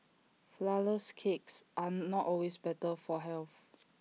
Flourless Cakes are not always better for health